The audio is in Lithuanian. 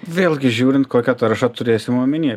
vėlgi žiūrint kokią taršą turėsim omeny